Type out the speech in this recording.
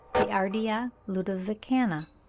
the ardea ludovicana.